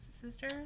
sister